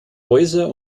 häuser